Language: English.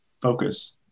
focus